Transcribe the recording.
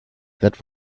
that